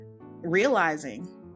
realizing